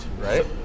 right